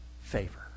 favor